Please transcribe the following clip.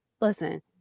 Listen